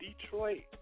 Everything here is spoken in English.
Detroit